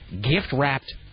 gift-wrapped